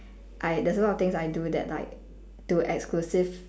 I there's a lot of things I do that like to exclusive